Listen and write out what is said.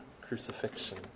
crucifixion